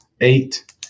eight